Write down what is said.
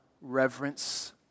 reverence